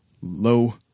low